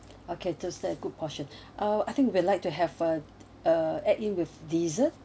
okay those that are good portion uh I think we'd like to have a uh add in with dessert